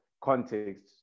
context